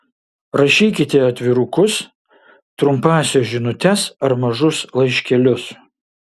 rašykite atvirukus trumpąsias žinutes ar mažus laiškelius